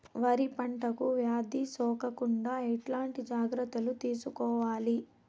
వరి పంటకు వ్యాధి సోకకుండా ఎట్లాంటి జాగ్రత్తలు తీసుకోవాలి?